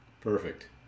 perfect